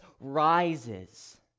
rises